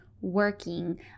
working